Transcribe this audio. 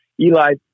Eli